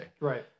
Right